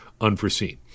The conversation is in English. unforeseen